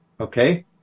okay